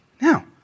Now